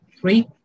Three